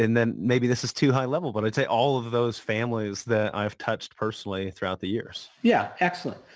and then maybe this is too high level but i'd say all of those families that i've touched personally throughout the years yeah, excellent.